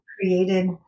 created